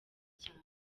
cyane